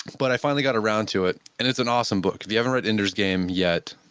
but i finally got around to it. and it's an awesome book. if you haven't read ender's game yet,